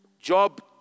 Job